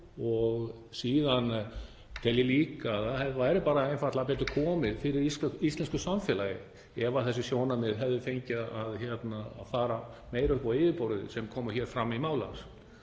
Síðan tel ég líka að það væri einfaldlega betur komið fyrir íslensku samfélagi ef þessi sjónarmið hefðu fengið að fara meira upp á yfirborðið sem komu fram í máli